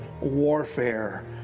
warfare